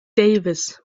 davis